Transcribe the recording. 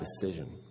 decision